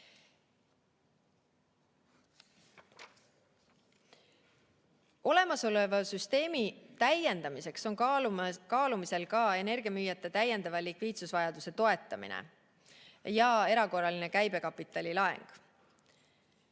Olemasoleva süsteemi täiendamiseks on kaalumisel ka energiamüüjate täiendava likviidsusvajaduse toetamine ja erakorraline käibekapitali laen.